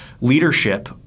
leadership